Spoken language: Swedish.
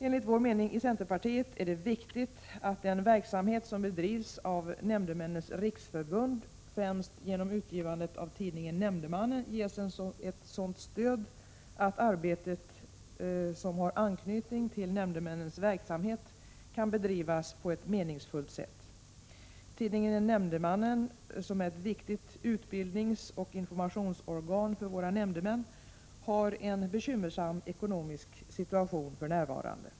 Enligt centerpartiets mening är det viktigt att den verksamhet som bedrivs av Nämndemännens riksförbund, främst genom utgivandet av tidningen Nämndemannen, ges ett sådant stöd att det arbete som har anknytning till nämndemännens verksamhet kan bedrivas på ett meningsfullt sätt. Tidningen Nämndemannen, som är ett viktigt utbildningsoch informationsorgan för våra nämndemän, har en bekymmersam ekonomisk situation för närvarande.